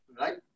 Right